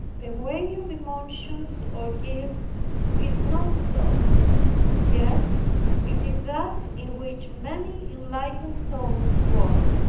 the way of emotions or gifts is not so yet it is that in which many enlightened souls walk,